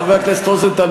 חבר הכנסת רוזנטל,